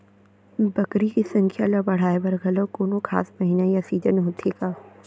बकरी के संख्या ला बढ़ाए बर घलव कोनो खास महीना या सीजन होथे का?